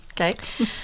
Okay